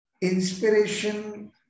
inspiration